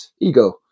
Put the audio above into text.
ego